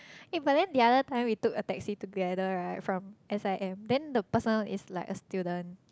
eh but then the other time we took a taxi together right from S_I_M then the person is like a student